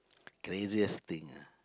craziest thing ah